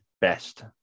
best